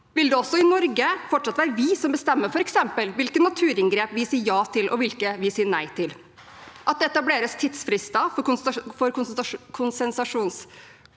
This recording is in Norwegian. vil det også i Norge fortsatt være vi som f.eks. bestemmer hvilke naturinngrep vi sier ja til, og hvilke vi sier nei til. At det etableres tidsfrister for konsesjonsprosessen,